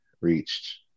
reached